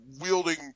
wielding